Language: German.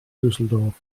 düsseldorf